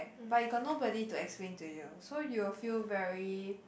but you got nobody to explain to you so you will feel very